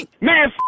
Man